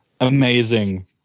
Amazing